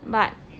but